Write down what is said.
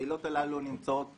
העילות הללו נמצאות